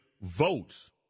votes